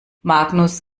magnus